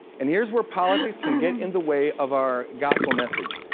and here's where politics can get in the way of our gospel message.